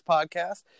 Podcast